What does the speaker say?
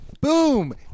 Boom